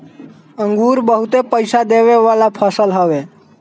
अंगूर बहुते पईसा देवे वाला फसल हवे